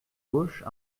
gauche